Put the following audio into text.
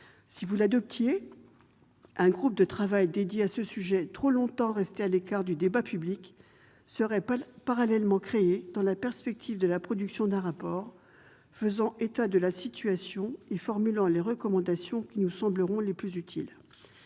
Si vous l'adoptiez, un groupe de travail dédié à ce sujet, trop longtemps resté à l'écart du débat public, serait parallèlement créé, afin de produire un rapport faisant état de la situation et formulant les recommandations qui lui sembleraient les plus utiles.